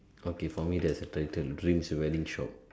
okay for me there is a title dreams wedding shop